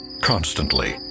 Constantly